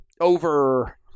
over